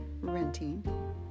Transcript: renting